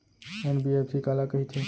NBFC काला कहिथे?